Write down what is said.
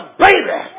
baby